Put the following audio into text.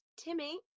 Timmy